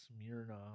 Smirnoff